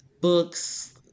books